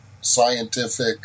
scientific